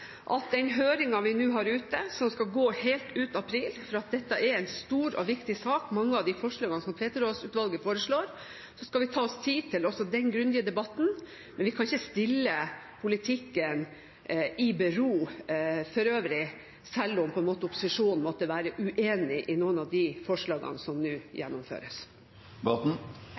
at når det gjelder den høringen vi nå har ute, som skal gå helt ut april – dette er en stor og viktig sak – så skal vi ta oss tid til den grundige debatten, men vi kan ikke stille politikken for øvrig i bero, selv om opposisjonen måtte være uenig i noen av de forslagene som nå